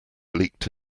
leaked